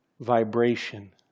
vibration